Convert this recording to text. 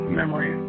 memory